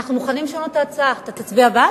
אנחנו מוכנים לשנות את ההצעה, אתה תצביע בעד?